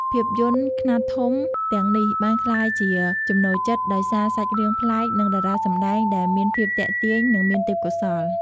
ខ្សែរភាពយន្តខ្នាតធំទាំងនេះបានក្លាយជាចំណូលចិត្ត ដោយសារសាច់រឿងប្លែក និងតារាសម្ដែងដែលមានភាពទាក់ទាញ នឹងមានទេពកោសល្យ ។